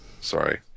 Sorry